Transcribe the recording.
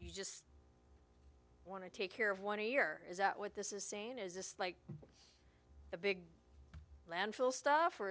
you just want to take care of one a year is that what this is saying is this like a big landfill stuff or